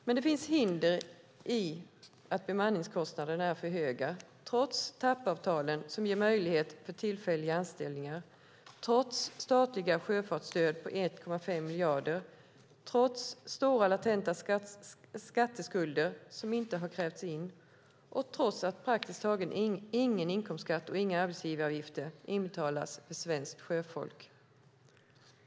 Men det finns hinder i att bemanningskostnaderna är för höga, trots TAP-avtalen som ger möjlighet för tillfälliga anställningar, trots statliga sjöfartsstöd på 1,5 miljarder, trots stora latenta skatteskulder som inte har krävts in och trots att praktiskt taget ingen inkomstskatt och inga arbetsgivaravgifter inbetalas för svenskt sjöfolk.